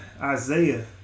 Isaiah